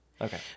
Okay